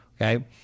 Okay